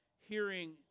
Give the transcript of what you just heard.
hearing